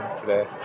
today